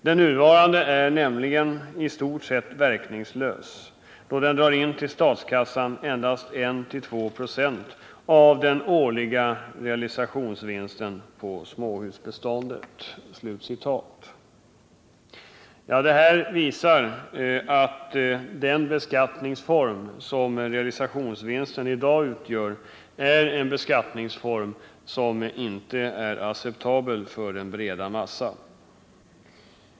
Den nuvarande är nämligen i stort sett verkningslös, då den drar in till statskassan endast 1-2 96 av den årliga realisationsvinsten på småhusbeståndet.” Detta visar att den beskattningsform som realisationsvinsten i dag utgör är en beskattningsform som inte är acceptabel för den breda massan.